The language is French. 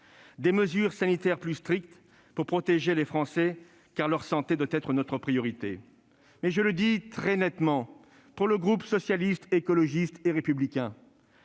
des mesures sanitaires plus strictes pour protéger les Français, car leur santé doit être notre priorité. Mais je le dis très nettement, pour le groupe Socialiste, Écologiste et Républicain,